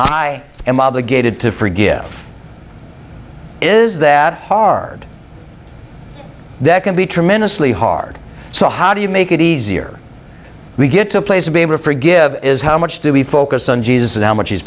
i am obligated to forgive is that hard that can be tremendously hard so how do you make it easier we get to a place to be able to forgive is how much do we focus on jesus and how much is